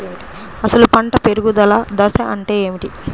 అసలు పంట పెరుగుదల దశ అంటే ఏమిటి?